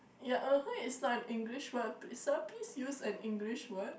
yeah (uh huh) is not an English word sir please use an English word